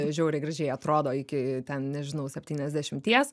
žiauriai gražiai atrodo iki ten nežinau septyniasdešimties